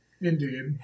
Indeed